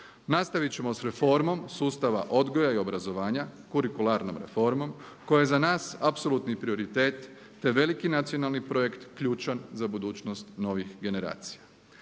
Nastavit ćemo s reformom sustava odgoja i obrazovanja, kurikularnom reformom koja je za nas apsolutni prioritet te veliki nacionalni projekt ključan za budućnost novih generacija.